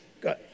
good